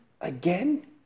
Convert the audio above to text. again